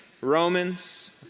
Romans